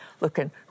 looking